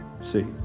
See